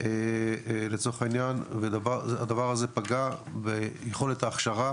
לצורך העניין, הדבר הזה פגע ביכולת ההכשרה